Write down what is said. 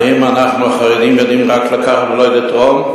האם אנחנו החרדים יודעים רק לקחת ולא לתרום?